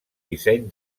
disseny